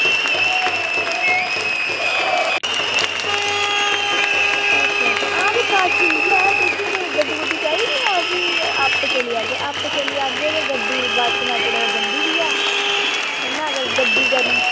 आं कश ते इयै ते गड्डी चाहिदी आपें चली जै्गे आपें चली जाह्गे ते गड्डी बस्स मेटाडोर जंदी बी ऐ ते नना अगर गड्डी करनी